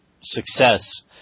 success